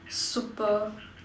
super